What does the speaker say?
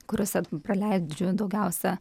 kuriuose praleidžiu daugiausia